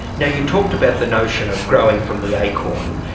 now you talked about the notion of growing from the acorn.